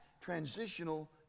transitional